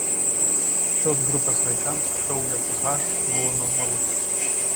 šios grupės vaikams kraujo ph buvo normalus